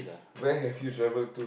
where have you travel to